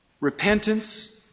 repentance